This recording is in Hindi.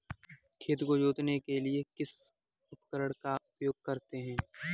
खेत को जोतने के लिए किस उपकरण का उपयोग करते हैं?